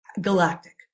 galactic